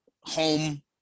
home